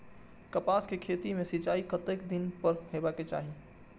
कपास के खेती में सिंचाई कतेक दिन पर हेबाक चाही?